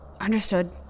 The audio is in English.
Understood